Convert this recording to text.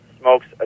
smokes